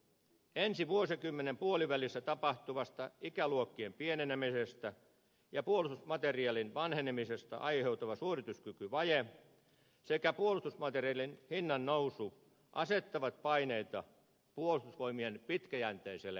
ensi vuosikymmenen puolivälissä tapahtuvasta ikäluokkien pienenemisestä ja puolustusmateriaalin vanhenemisesta aiheutuva suorituskykyvaje sekä puolustusmateriaalin hinnannousu asettavat paineita puolustusvoimien pitkäjänteiselle kehittämiselle